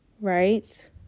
right